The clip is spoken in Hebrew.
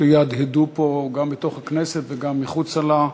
שיהדהדו גם פה בתוך הכנסת וגם מחוצה לה,